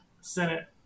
Senate